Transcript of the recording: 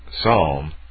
Psalm